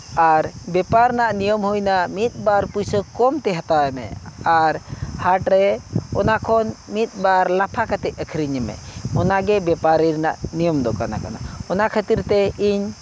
ᱟᱨ ᱵᱮᱯᱟᱨ ᱨᱮᱱᱟᱜ ᱱᱤᱭᱚᱢ ᱦᱩᱭᱮᱱᱟ ᱢᱤᱫᱼᱵᱟᱨ ᱯᱩᱭᱥᱟᱹ ᱠᱚᱢᱛᱮ ᱦᱟᱛᱟᱣᱮᱢᱮ ᱟᱨ ᱦᱟᱴᱨᱮ ᱚᱱᱟ ᱠᱷᱚᱱ ᱢᱤᱫᱼᱵᱟᱨ ᱞᱟᱯᱷᱟ ᱠᱟᱛᱮᱫ ᱟᱹᱠᱷᱨᱤᱧᱮ ᱢᱮ ᱚᱱᱟᱜᱮ ᱵᱮᱯᱟᱨᱤ ᱨᱮᱱᱟᱜ ᱱᱤᱭᱚᱢ ᱫᱚ ᱠᱟᱱᱟ ᱠᱟᱱᱟ ᱚᱱᱟ ᱠᱷᱟᱹᱛᱤᱨᱛᱮ ᱤᱧ